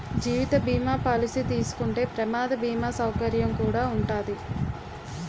జీవిత బీమా పాలసీ తీసుకుంటే ప్రమాద బీమా సౌకర్యం కుడా ఉంటాది